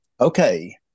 Okay